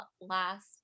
last